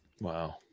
Wow